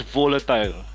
volatile